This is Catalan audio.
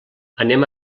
anem